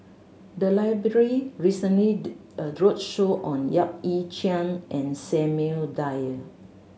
the library recently did a roadshow on Yap Ee Chian and Samuel Dyer